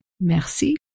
Merci